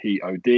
pod